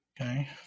Okay